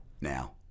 now